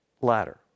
ladder